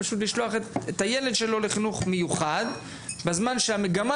לשלוח את הילד שלהם לחינוך מיוחד בזמן שהמגמה